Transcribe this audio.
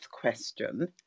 question